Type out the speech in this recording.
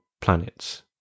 planets